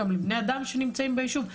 גם לבני אדם שנמצאים בישוב.